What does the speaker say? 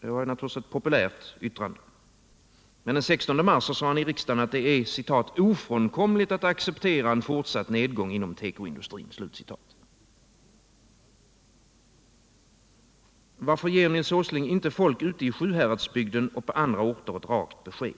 Det var naturligtvis ett populärt yttrande. Men den 16 mars sade han i riksdagen att det är ”ofrånkomligt att acceptera en fortsatt nedgång inom tekoindustrin”. Varför ger Nils Åsling inte folk ute i Sjuhäradsbygden och på andra orter ett rakt besked?